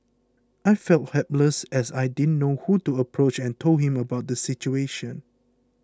I felt helpless as I didn't know who to approach and told him about the situation